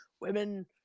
women